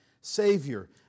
Savior